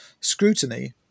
Scrutiny